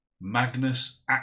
Magnus